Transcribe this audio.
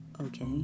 okay